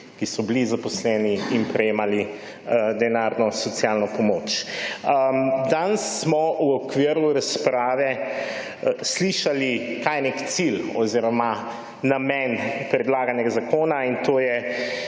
ki so bile zaposlene in prejemale denarno socialno pomoč. Danes smo v okviru razprave slišali, kaj je nek cilj oziroma namen predlaganega zakona, in to je,